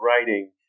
writing